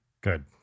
Good